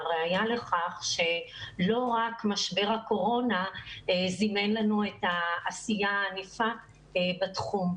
והראיה לכך שלא רק משבר הקורונה זימן לנו את העשייה הענפה בתחום.